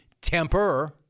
temper